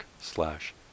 slash